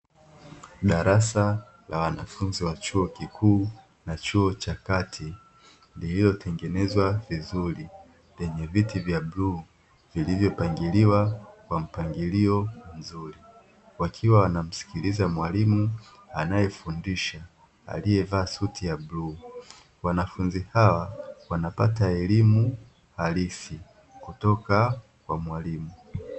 Darasa la wanafunzi wa chuo kikuu na chuo cha kati lililotengenezwa vizuri lenye viti vya bluu vilivyopangiliwa kwa mpangilio mzuri, wakiwa wanamsikiliza mwalimu anayefundisha aliyevaa suti ya bluu. Wanafunzi hawa wanapata elimu halisi kutoka kwa mwalimu.